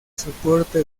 soporte